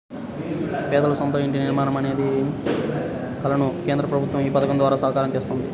పేదల సొంత ఇంటి నిర్మాణం అనే కలను కేంద్ర ప్రభుత్వం ఈ పథకం ద్వారా సాకారం చేస్తున్నది